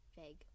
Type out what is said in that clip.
vague